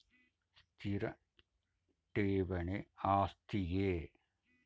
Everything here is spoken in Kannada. ಸ್ಥಿರ ಠೇವಣಿ ಆಸ್ತಿಯೇ?